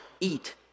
Eat